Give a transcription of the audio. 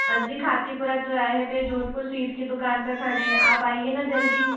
अजी खातीपुरा चौराहे पर जोधपुर स्वीट की दुकान पर खड़े हैं आप आइये न जल्दी